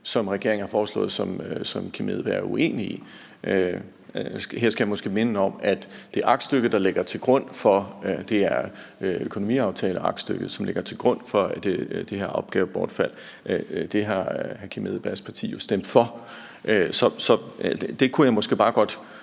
som regeringen har foreslået, som hr. Kim Edberg Andersen er uenig i. Her skal jeg måske minde om, at det er økonomiaftaleaktstykket, som ligger til grund for det her opgavebortfald, og det har hr. Kim Edberg Andersens parti jo stemt for. Så jeg kunne måske godt